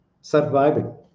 surviving